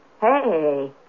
Hey